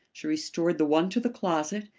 she restored the one to the closet,